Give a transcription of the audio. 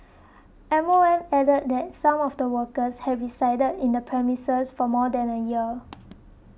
M O M added that some of the workers had resided in the premises for more than a year